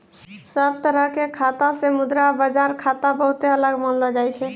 सब तरह के खाता से मुद्रा बाजार खाता बहुते अलग मानलो जाय छै